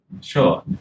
Sure